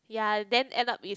ya then end up is